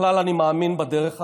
בכלל אני מאמין בדרך הזאת.